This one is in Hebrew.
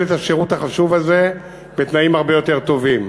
את השירות החשוב הזה בתנאים הרבה יותר טובים.